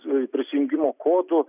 prisijungimo kodų